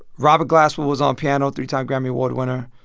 robert glasper was on piano three-time grammy award winner.